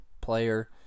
player